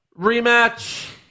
rematch